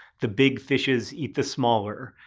the big fishes eat the smaller.